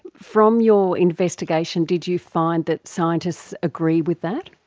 from your investigation, did you find that scientists agree with that?